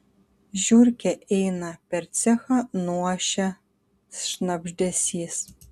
žiurkė eina per cechą nuošia šnabždesys